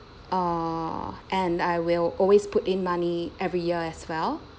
uh and I will always put in money every year as well